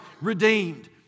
redeemed